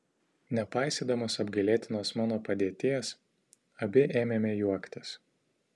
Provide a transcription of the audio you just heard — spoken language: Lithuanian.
nepaisydamos apgailėtinos mano padėties abi ėmėme juoktis